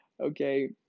okay